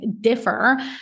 differ